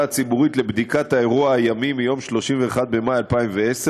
הציבורית לבדיקת האירוע הימי מיום ה-31 במאי 2010,